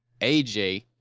AJ